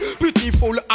beautiful